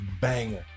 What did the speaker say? banger